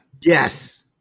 Yes